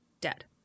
Dead